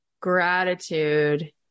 gratitude